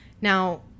Now